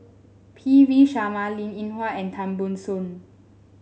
P V Sharma Linn In Hua and Tan Ban Soon